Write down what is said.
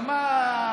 על מה?